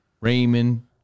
Raymond